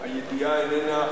הידיעה איננה מדויקת.